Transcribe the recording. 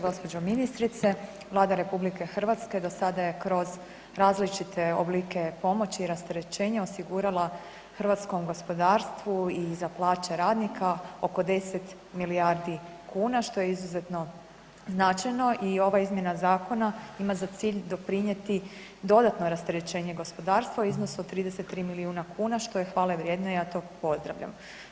Gospođo ministrice Vlada RH do sada je kroz različite oblike pomoći i rasterećenja osigurala hrvatskom gospodarstvu i za plaće radnika oko 10 milijardi kuna što je izuzetno značajno i ova izmjena zakona ima za cilj doprinijeti dodatno rasterećenje gospodarstvu u iznosu od 33 milijuna kuna što je hvale vrijedno i ja to pozdravljam.